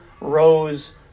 rose